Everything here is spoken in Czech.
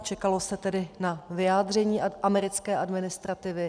Čekalo se tedy na vyjádření americké administrativy.